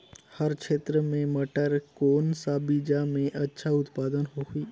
हमर क्षेत्र मे मटर के कौन सा बीजा मे अच्छा उत्पादन होही?